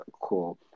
Cool